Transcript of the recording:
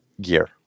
gear